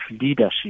leadership